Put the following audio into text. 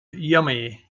yummy